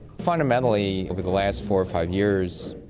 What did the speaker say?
fundamentally over the last four or five years